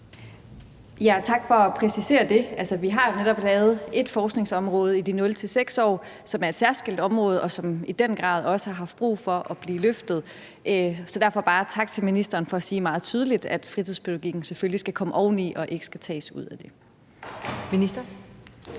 Tak for at præcisere det. Altså, vi har jo netop lavet et forskningsområde, de 0-6-årige, som er et særskilt område, og som i den grad også har haft brug for at blive løftet. Så derfor bare en tak til ministeren for at sige meget tydeligt, at fritidspædagogikken selvfølgelig skal komme oveni og ikke skal tages ud af det.